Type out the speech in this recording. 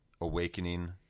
awakening